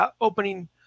opening